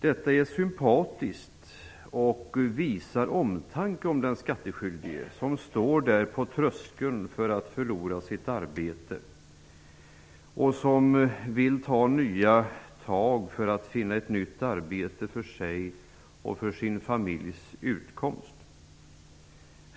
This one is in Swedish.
Detta är sympatiskt och visar omtanke om den skatteskyldige som står på tröskeln till att förlora sitt arbete och som vill ta nya tag för att finna ett nytt arbete och en utkomst för sin familj.